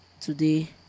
today